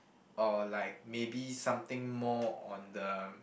or like maybe something more on the